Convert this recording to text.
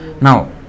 Now